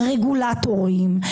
רגולטורים,